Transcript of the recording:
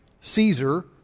Caesar